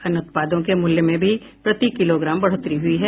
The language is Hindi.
अन्य उत्पादों के मूल्य में भी प्रति किलोग्राम बढ़ोतरी हुई है